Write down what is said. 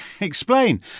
explain